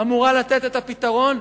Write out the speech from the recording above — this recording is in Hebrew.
אמורה לתת את הפתרון,